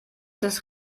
das